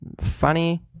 funny